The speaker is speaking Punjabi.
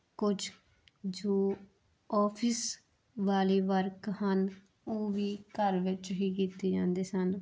ਕੁਝ ਜੋ ਆਫਿਸ ਵਾਲੇ ਵਰਕ ਹਨ ਉਹ ਵੀ ਘਰ ਵਿੱਚ ਹੀ ਕੀਤੇ ਜਾਂਦੇ ਸਨ